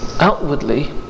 outwardly